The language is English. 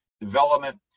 development